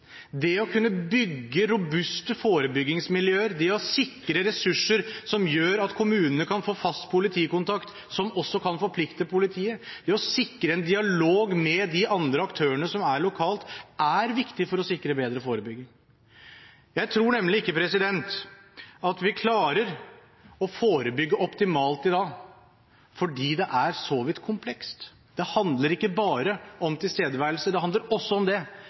Det å kunne bygge robuste forebyggingsmiljøer, det å sikre ressurser som gjør at kommunene kan få fast politikontakt som også kan forplikte politiet. Det å sikre en dialog med de andre aktørene som er lokalt, er viktig for å sikre forebygging. Jeg tror nemlig ikke at vi klarer å forebygge optimalt i dag fordi det er så vidt komplekst. Det handler ikke bare om tilstedeværelse. Det handler også om det,